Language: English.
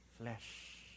flesh